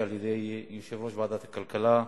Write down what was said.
אנחנו עוברים לסעיף הבא בסדר-היום: